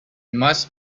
must